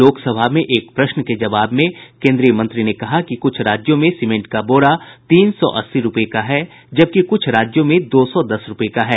लोकसभा में एक प्रश्न के जवाब में केंद्रीय मंत्री ने कहा कि कुछ राज्यों में सीमेंट का बोरा तीन सौ अस्सी रूपये का है जबकि कुछ राज्यों में दो सौ दस रूपये का है